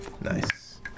Nice